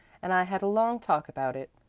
and i had a long talk about it.